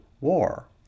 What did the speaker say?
War